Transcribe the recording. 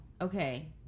okay